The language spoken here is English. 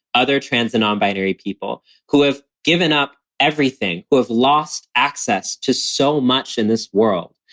other trans and nonbinary people who have given up everything, who have lost access to so much in this world.